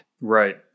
Right